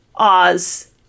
Oz